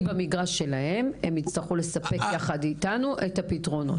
במגרש שלהם הם יצטרכו לספק ביחד איתנו את הפתרונות.